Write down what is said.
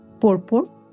purple